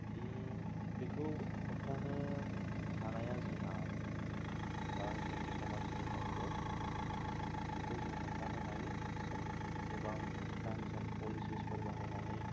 बेखौ होब्थानो हानाया जोंहा जोंनि समाजनि दायित्य बेखौ जों होब्थानो हायो जों गोबां प्लान्स एन्द पलिसिसफोर बाहायनानै